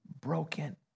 broken